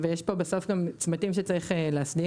ויש פה בסוף גם צמתים שצריך להסדיר,